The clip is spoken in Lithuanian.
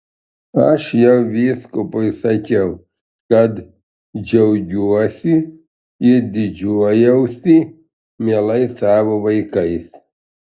aš jau vyskupui sakiau kad džiaugiuosi ir didžiuojuosi mielais savo vaikais